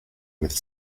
with